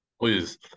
please